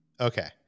okay